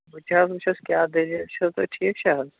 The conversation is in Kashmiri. بہٕ تہِ حظ وُچھس کیٛاہ دٔلیٖل چھِ تہٕ ٹھیٖک چھا حظ